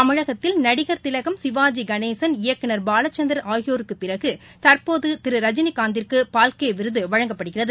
தமிழகத்தில் திலகம் சிவாறிகனேசன் இயக்குநர் பாலச்சந்தர் நடிகர் ஆகியோருக்குபிறகுதற்போதுதிருரஜினிகாந்திற்குபால்கேவிருதுவழங்கப்படுகிறது